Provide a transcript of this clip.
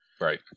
right